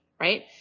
Right